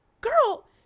girl